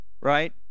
right